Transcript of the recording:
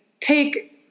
take